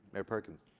mayor perkins.